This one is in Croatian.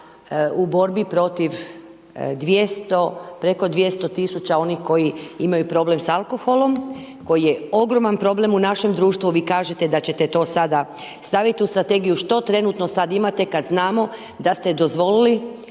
u borbi protiv 200, preko 200 000 onih koji imaju problem s alkoholom, koji je ogroman problem u našem društvu, vi kažete da ćete to sada staviti u strategiju, što trenutno sad imate kad znamo da ste dozvolili